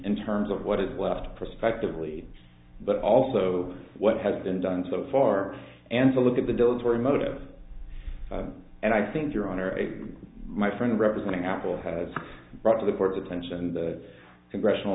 in terms of what is left prospectively but also what has been done so far and to look at the delivery motive and i think your honor my friend representing apple has brought to the court's attention the congressional